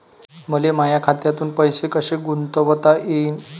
मले माया खात्यातून पैसे कसे गुंतवता येईन?